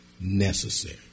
necessary